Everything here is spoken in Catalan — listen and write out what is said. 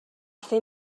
fer